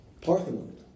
Parthenon